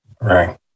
Right